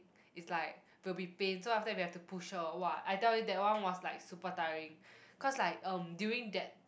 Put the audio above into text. is like will be pain so after that we have to push her !wah! I tell you that one was like super tiring cause like um during that